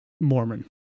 Mormon